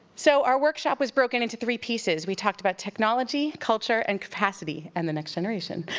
so our workshop was broken into three pieces. we talked about technology, culture, and capacity, and the next generation.